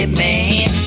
man